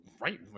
Right